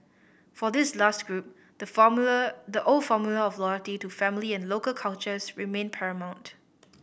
for this last group the formula the old formula of loyalty to family and local cultures remained paramount